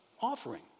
offering